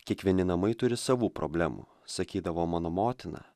kiekvieni namai turi savų problemų sakydavo mano motina